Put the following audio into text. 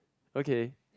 okay